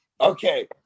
Okay